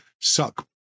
suck